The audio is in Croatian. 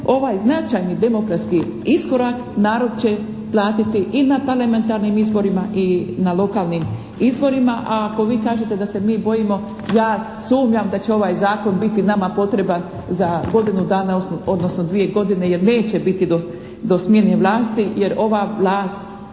ovaj značajni demokratski iskorak narod će platiti i na parlamentarnim izborima i na lokalnim izborima, a ako vi kažete da se mi bojimo ja sumnjam da će ovaj zakon biti nama potreban za godinu dana odnosno dvije godine jer neće biti do smjene vlasti jer ova vlast